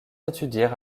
étudier